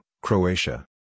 Croatia